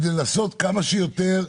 כדי לעשות כמה שיותר,